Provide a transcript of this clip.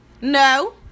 no